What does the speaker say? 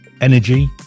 energy